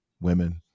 women